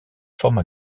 forme